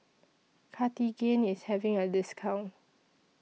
Cartigain IS having A discount